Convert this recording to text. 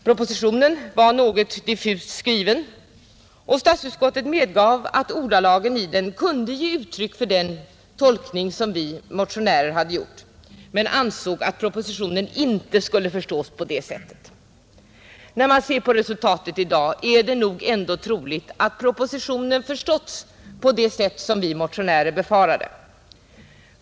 Propositionen var något diffust skriven, och statsutskottet medgav att ordalagen kunde ge uttryck för den tolkning som vi motionärer gjort men ansåg att propositionen inte skulle förstås på det sättet. När man ser på resultatet i dag är det nog ändå troligt att propositionen förståtts på det sätt som vi motionärer befarade.